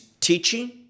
teaching